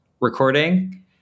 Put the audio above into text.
recording